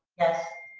yes.